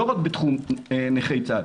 לא רק בתחום נכי צה"ל,